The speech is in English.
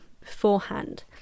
beforehand